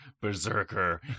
berserker